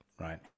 right